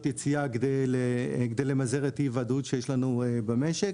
יציאה כדי למזער את אי הוודאות שיש לנו במשק,